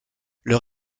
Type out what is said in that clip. leur